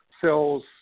sells